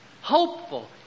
hopeful